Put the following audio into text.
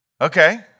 Okay